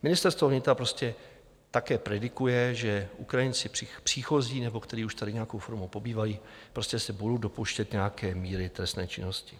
Ministerstvo vnitra prostě také predikuje, že Ukrajinci příchozí, nebo kteří už tady nějakou formou pobývají, se budou dopouštět nějaké míry trestné činnosti.